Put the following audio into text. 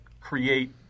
create